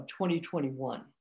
2021